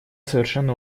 совершенно